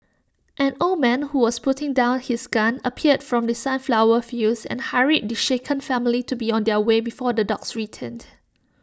an old man who was putting down his gun appeared from the sunflower fields and hurried the shaken family to be on their way before the dogs return